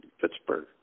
Pittsburgh